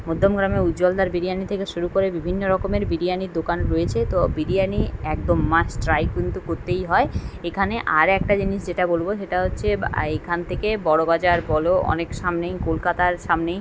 মধ্যমগ্রামে উজ্জলদার বিরিয়ানি থেকে শুরু করে বিভিন্ন রকমের বিরিয়ানির দোকান রয়েছে তো বিরিয়ানি একদম মাস্ট ট্রাই কিন্তু করতেই হয় এখানে আর একটা জিনিস যেটা বলবো সেটা হচ্ছে এখান থেকে বড়ো বাজার বলো অনেক সামনেই কলকাতার সামনেই